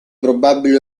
probabile